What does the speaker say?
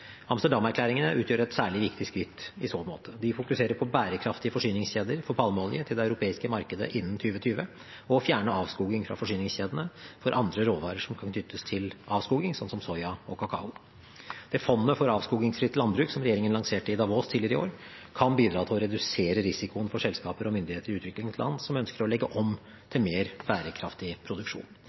utgjør et særlig viktig skritt i så måte. De fokuserer på bærekraftige forsyningskjeder for palmeolje til det europeiske markedet innen 2020 og å fjerne avskoging fra forsyningskjedene for andre råvarer som kan knyttes til avskoging, som soya og kakao. Fondet for avskogingsfritt landbruk, som regjeringen lanserte i Davos tidligere i år, kan bidra til å redusere risikoen for selskaper og myndigheter i utviklingsland som ønsker å legge om til mer bærekraftig produksjon.